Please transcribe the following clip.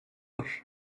var